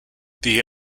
the